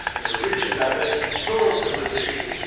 in a rich and diverse and plural civilization,